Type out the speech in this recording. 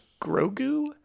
grogu